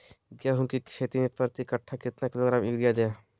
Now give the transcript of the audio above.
गेंहू की खेती में प्रति कट्ठा कितना किलोग्राम युरिया दे?